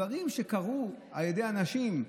הדברים קרו על ידי אנשים,